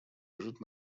лежит